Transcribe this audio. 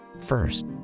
First